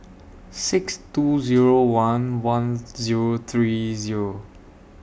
six two Zero one one Zero three Zero